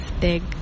big